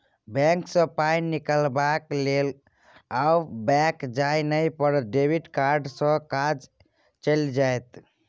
bank सँ पाय निकलाबक लेल आब बैक जाय नहि पड़त डेबिट कार्डे सँ काज चलि जाएत